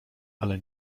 ale